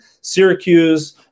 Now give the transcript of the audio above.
Syracuse